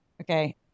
Okay